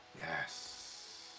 Yes